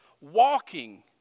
walking